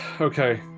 okay